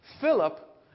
Philip